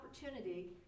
opportunity